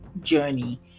journey